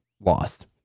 lost